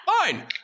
fine